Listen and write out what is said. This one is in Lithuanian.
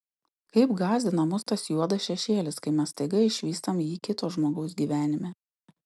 kaip gąsdina mus tas juodas šešėlis kai mes staiga išvystam jį kito žmogaus gyvenime